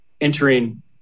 entering